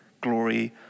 glory